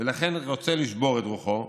ולכן רוצה לשבור את רוחו,